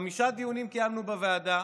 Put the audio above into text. חמישה דיונים קיימנו בוועדה,